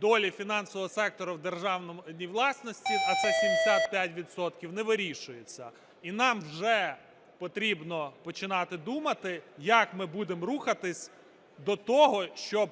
долі фінансового сектору в державній власності, а це 75 відсотків, не вирішується. І нам вже потрібно починати думати, як ми будемо рухатися до того, щоб